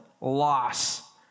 loss